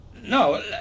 No